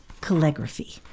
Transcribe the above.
calligraphy